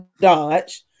dodge